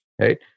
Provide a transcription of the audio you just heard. right